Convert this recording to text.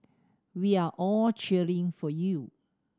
we are all cheering for you